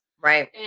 Right